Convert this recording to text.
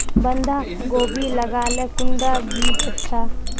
बंधाकोबी लगाले कुंडा बीज अच्छा?